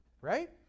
right